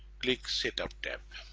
click set up tab